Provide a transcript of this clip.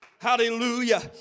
Hallelujah